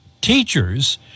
teachers